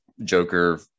joker